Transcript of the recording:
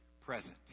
present